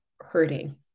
hurting